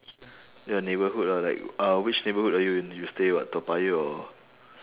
your neighbourhood ah like uh which neighborhood are you in you stay what toa payoh or